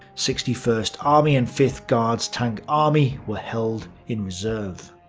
sixty first army and fifth guards tank army were held in reserve.